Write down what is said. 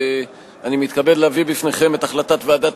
אני מתכבד להביא בפניכם את החלטת ועדת